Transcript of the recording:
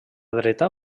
dreta